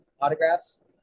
autographs